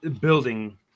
building